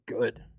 good